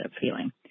feeling